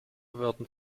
werden